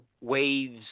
waves